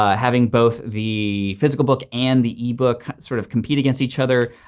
ah having both the physical book and the ebook sort of compete against each other.